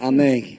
Amen